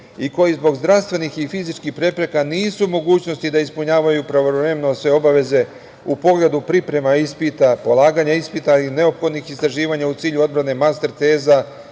i koji zbog zdravstvenih i fizičkih prepreka nisu u mogućnosti da ispunjavaju pravovremeno sve obaveze u pogledu priprema ispita, polaganja ispita i neophodnih istraživanja u cilju odbrane master teza